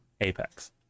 Apex